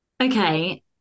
Okay